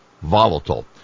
volatile